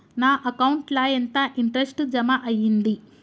నా అకౌంట్ ల ఎంత ఇంట్రెస్ట్ జమ అయ్యింది?